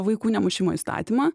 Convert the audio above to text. vaikų nemušimo įstatymą